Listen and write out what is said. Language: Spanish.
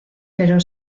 pero